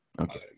Okay